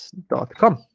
dot com